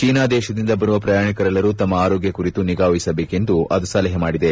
China ದೇಶದಿಂದ ಬರುವ ಪ್ರಯಾಣಿಕರೆಲ್ಲರೂ ತಮ್ಮ ಆರೋಗ್ಲ ಕುರಿತು ನಿಗಾ ವಹಿಸಬೇಕೆಂದು ಅದು ಸಲಹೆ ನೀಡಿದೆ